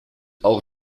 auch